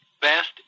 best